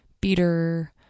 Beater